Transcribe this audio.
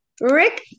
Rick